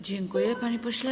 Dziękuję, panie pośle.